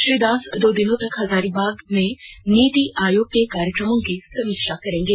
श्री दास दो दिनों तक हजारीबाग में नीति आयोग के कार्यक्रमों की समीक्षा करेंगे